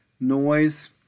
noise